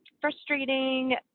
frustrating